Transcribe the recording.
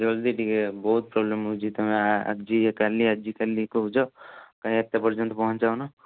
ଜଲ୍ଦି ଟିକେ ବହୁତ ପ୍ରୋବ୍ଲେମ ହେଉଛି ତୁମେ ଆଜି କାଲି ଆଜି କାଲି କହୁଛ କାହିଁ ଏତେ ପର୍ଯ୍ୟନ୍ତ ପହଁଞ୍ଚାଉନ